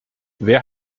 wer